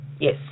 Yes